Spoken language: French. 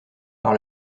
par